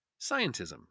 scientism